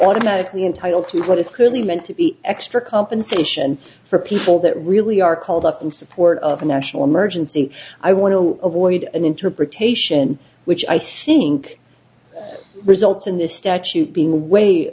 automatically entitled to what is clearly meant to be extra compensation for people that really are called up in support of a national emergency i want to avoid an interpretation which i think results in this statute being a way